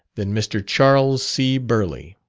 than mr. charles c. burleigh.